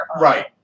Right